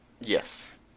Yes